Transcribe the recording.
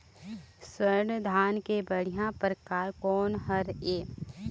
स्वर्णा धान के बढ़िया परकार कोन हर ये?